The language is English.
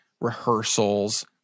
rehearsals